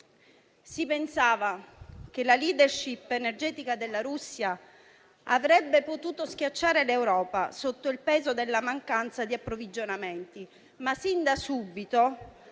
Si pensava che la *leadership* energetica della Russia avrebbe potuto schiacciare l'Europa sotto il peso della mancanza di approvvigionamenti, ma sin da subito